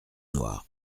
noirs